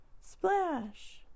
splash